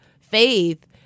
faith